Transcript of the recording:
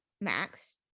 Max